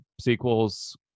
sequels